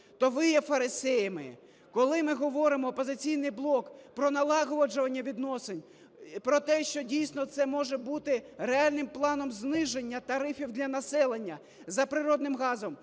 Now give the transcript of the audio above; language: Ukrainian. то ви є фарисеями. Коли ми говоримо, "Опозиційний блок", про налагоджування відносин, про те, що дійсно це може бути реальним планом зниження тарифів для населення за природним газом